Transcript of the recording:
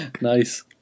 Nice